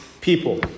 people